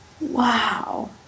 Wow